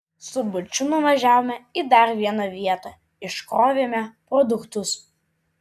su buču nuvažiavome į dar vieną vietą iškrovėme produktus